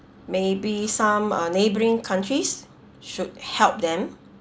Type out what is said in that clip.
maybe some uh neighbouring countries should help them